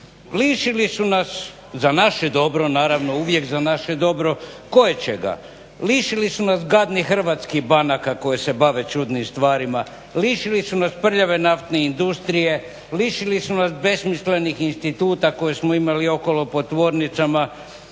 lišili su nas za naše dobro naravno, uvijek za naše dobro, koječega. Lišili su nas gadnih hrvatskih banaka koje se bave čudnim stvarima, lišili su nas prljave naftne industrije, lišili su nas besmislenih instituta koje smo imali okolo po tvornicama,